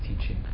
teaching